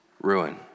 ruin